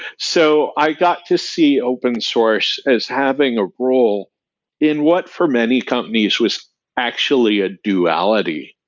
so, i got to see open source as having a role in what for many companies was actually a duality,